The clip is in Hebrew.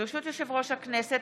ברשות יושב-ראש הכנסת,